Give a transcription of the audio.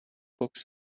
books